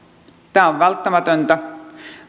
tämä on välttämätöntä